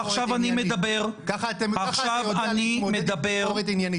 עכשיו אני מדבר.